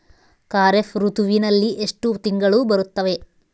ಖಾರೇಫ್ ಋತುವಿನಲ್ಲಿ ಎಷ್ಟು ತಿಂಗಳು ಬರುತ್ತವೆ?